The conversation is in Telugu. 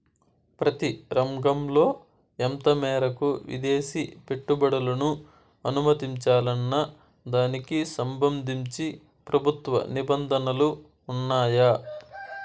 ప్రతి రంగంలో ఎంత మేరకు విదేశీ పెట్టుబడులను అనుమతించాలన్న దానికి సంబంధించి ప్రభుత్వ నిబంధనలు ఉన్నాయా?